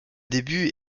début